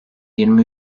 yirmi